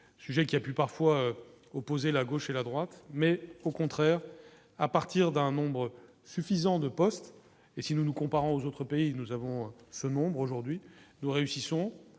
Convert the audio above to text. sujet qui a pu parfois opposé la gauche et la droite, mais au contraire à partir d'un nombre suffisant de postes et si nous nous comparons aux autres pays, nous avons ce nombre aujourd'hui nous réussissons